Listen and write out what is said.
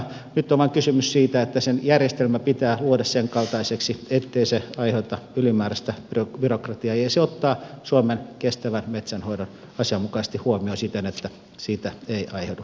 nyt on vain kysymys siitä että se järjestelmä pitää luoda senkaltaiseksi ettei se aiheuta ylimääräistä byrokratiaa ja se ottaa suomen kestävän metsänhoidon asianmukaisesti huomioon siten että siitä ei vaihdu